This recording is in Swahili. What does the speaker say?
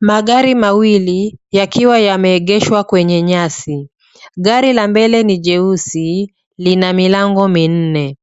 Magari mawili yakiwa yameegeshwa kwenye nyasi. Gari la mbele ni jeusi, lina milango minne.